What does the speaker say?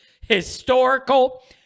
historical